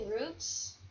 roots